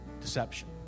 deception